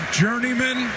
journeyman